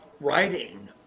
writing